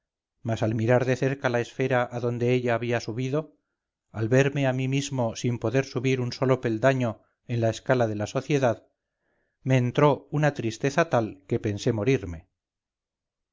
mas al mirar de cerca la esfera a donde ella había subido al verme a mí mismo sin poder subir un solo peldaño en la escala de la sociedad me entró una tristeza tal que pensé morirme